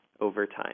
overtime